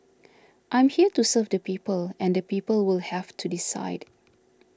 I'm here to serve the people and the people will have to decide